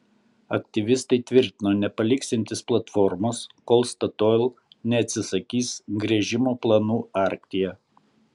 aktyvistai tvirtino nepaliksiantys platformos kol statoil neatsisakys gręžimo planų arktyje